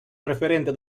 referente